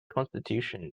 constitution